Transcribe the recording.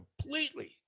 completely